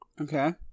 Okay